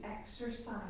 exercise